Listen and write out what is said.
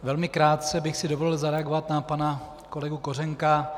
Velmi krátce bych si dovolil zareagovat na pana kolegu Kořenka.